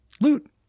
loot